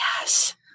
Yes